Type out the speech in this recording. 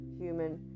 human